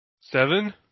Seven